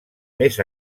més